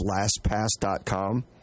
lastpass.com